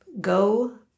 Go